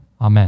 Amen